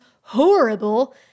horrible